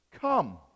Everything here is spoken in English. Come